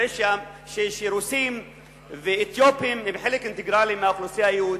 הרי רוסים ואתיופים הם חלק אינטגרלי של האוכלוסייה היהודית,